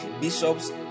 bishops